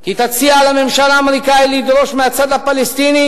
כי תציע לממשל האמריקני לדרוש מהצד הפלסטיני